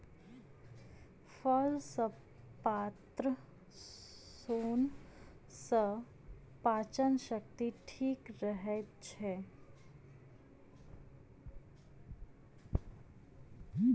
फल सॅ प्राप्त सोन सॅ पाचन शक्ति ठीक रहैत छै